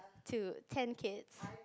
to ten kids